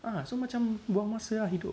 ah so macam buang masa ah hidup